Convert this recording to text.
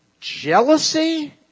jealousy